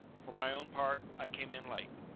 for my own part, i came in late.